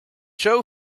show